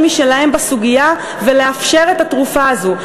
משלהם בסוגיה ולאפשר את התרופה הזו,